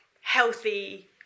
healthy